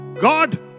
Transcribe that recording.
God